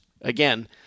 Again